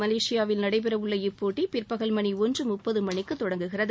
மலேசியாவில் நடைபெறவுள்ள இப்போட்டி பிற்பகல் மணி ஒன்று முப்பது மணிக்கு தொடங்குகிறது